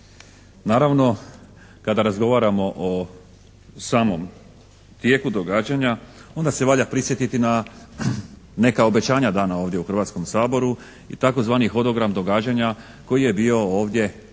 Naravno, kada razgovaramo o samom tijeku događanja onda se valja prisjetiti na neka obećanja dana ovdje u Hrvatskom saboru i tzv. hodogram događanja koji je bio ovdje dogovoren